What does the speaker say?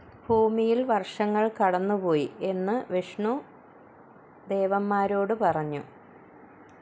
ഭൂമിയിൽ വർഷങ്ങൾ കടന്നുപോയി എന്ന് വിഷ്ണു ദേവന്മാരോട് പറഞ്ഞു